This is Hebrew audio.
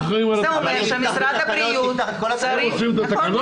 זה אומר שמשרד הבריאות צריך --- ברור,